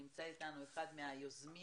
נמצא אתנו אחד מהיוזמים